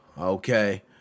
Okay